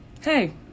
Hey